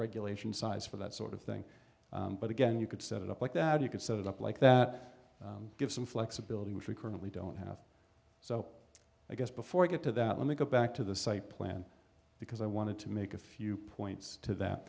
regulation size for that sort of thing but again you could set it up like that you could set it up like that gives some flexibility which we currently don't have so i guess before i get to that let me go back to the site plan because i wanted to make a few points to that